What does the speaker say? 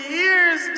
years